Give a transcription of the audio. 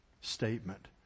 statement